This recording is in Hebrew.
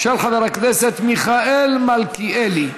של חבר הכנסת מיכאל מלכיאלי,